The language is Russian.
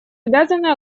обязаны